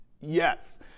Yes